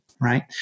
right